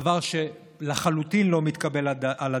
הוא דבר שלחלוטין לא מתקבל על הדעת,